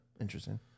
Interesting